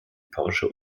porsche